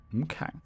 Okay